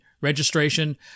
Registration